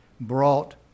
brought